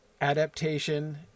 adaptation